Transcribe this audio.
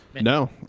No